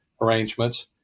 arrangements